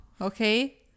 okay